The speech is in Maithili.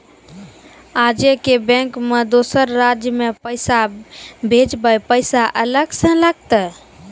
आजे के बैंक मे दोसर राज्य मे पैसा भेजबऽ पैसा अलग से लागत?